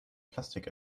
plastik